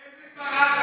איזו גמרא אתה יודע?